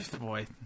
boy